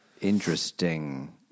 interesting